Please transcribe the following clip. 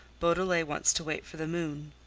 beaudelet wants to wait for the moon.